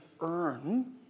earn